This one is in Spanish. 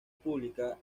pública